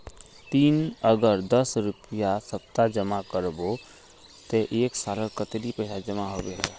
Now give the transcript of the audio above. ती अगर दस रुपया सप्ताह जमा करबो ते एक सालोत कतेरी पैसा जमा होबे बे?